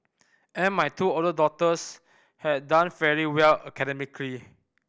and my two older daughters had done fairly well academically